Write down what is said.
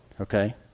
okay